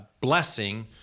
blessing